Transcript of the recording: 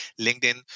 LinkedIn